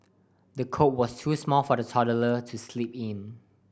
the cot was too small for the toddler to sleep in